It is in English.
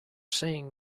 saying